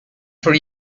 for